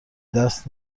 دست